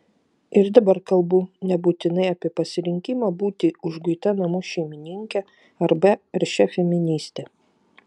ir dabar kalbu nebūtinai apie pasirinkimą būti užguita namų šeimininke arba aršia feministe